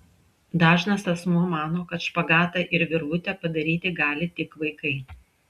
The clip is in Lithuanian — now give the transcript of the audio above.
dažnas asmuo mano kad špagatą ir virvutę padaryti gali tik vaikai